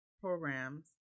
programs